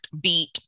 beat